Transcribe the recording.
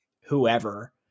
whoever